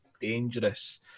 dangerous